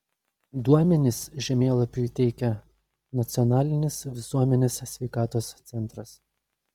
duomenis žemėlapiui teikia nacionalinis visuomenės sveikatos centras